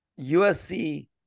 USC